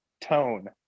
tone